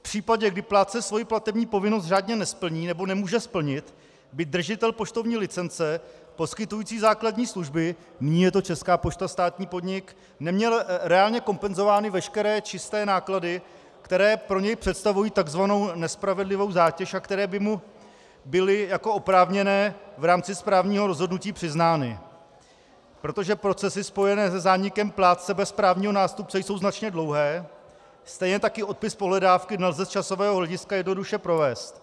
V případě, kdy plátce svoji pracovní povinnost řádně nesplní nebo nemůže splnit, by držitel poštovní licence poskytující základní služby nyní je to Česká pošta, státní podnik neměl reálně kompenzovány veškeré čisté náklady, které pro něj představují tzv. nespravedlivou zátěž a které by mu byly jako oprávněné v rámci správního rozhodnutí přiznány, protože procesy spojené se zánikem plátce bez právního nástupce jsou značně dlouhé, stejně tak i odpis pohledávky nelze z časového hlediska jednoduše provést.